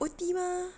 O_T mah